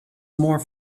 more